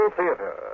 Theater